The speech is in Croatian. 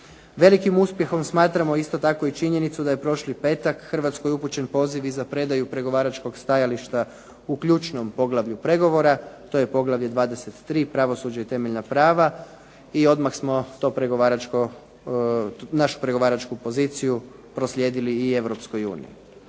Velikim uspjehom smatramo isto tako i činjenicu da je prošli petak Hrvatskoj upućen poziv i za predaju pregovaračkog stajališta u ključnom poglavlju pregovora, to je poglavlje 23 – Pravosuđe i temeljna prava i odmah smo našu pregovaračku poziciju proslijedili i Europskoj uniji.